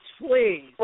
Please